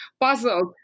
puzzled